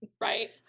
Right